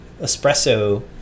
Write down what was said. espresso